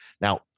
Now